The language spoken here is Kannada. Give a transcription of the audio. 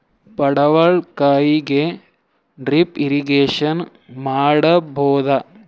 ಪಡವಲಕಾಯಿಗೆ ಡ್ರಿಪ್ ಇರಿಗೇಶನ್ ಮಾಡಬೋದ?